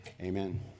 Amen